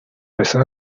pesar